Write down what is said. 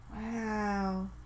Wow